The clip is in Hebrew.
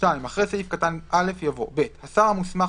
(2)אחרי סעיף קטן (א) יבוא: "(ב)השר המוסמך